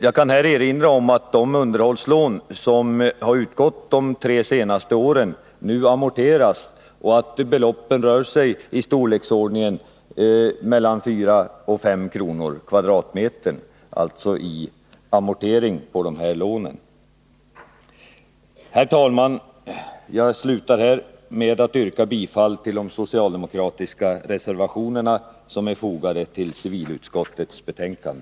Jag kan erinra om att de underhållslån som har utgått de tre senaste åren nu amorteras och att beloppen rör sig mellan 4 och 5 kr. per kvadratmeter. Herr talman! Jag yrkar bifall till de socialdemokratiska reservationer som är fogade till civilutskottets betänkande.